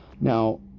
Now